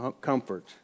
comfort